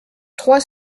trois